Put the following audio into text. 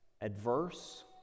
adverse